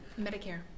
Medicare